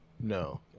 No